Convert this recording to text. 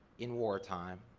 in wartime,